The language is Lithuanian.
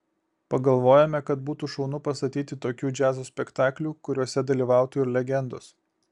pagalvojome kad būtų šaunu pastatyti tokių džiazo spektaklių kuriuose dalyvautų ir legendos